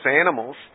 animals